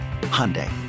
Hyundai